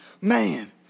Man